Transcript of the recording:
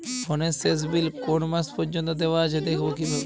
ফোনের শেষ বিল কোন মাস পর্যন্ত দেওয়া আছে দেখবো কিভাবে?